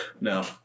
No